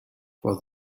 for